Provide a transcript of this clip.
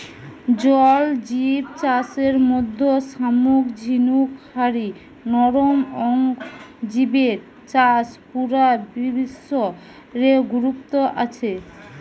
জল জিব চাষের মধ্যে শামুক ঝিনুক হারি নরম অং জিবের চাষ পুরা বিশ্ব রে গুরুত্ব আছে